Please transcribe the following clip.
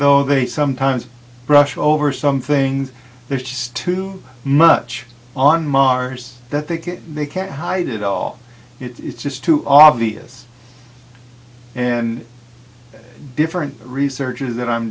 though they sometimes brush over some things there's just too much on mars that they get they can't hide it all it's just too obvious and different researcher that i'm